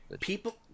people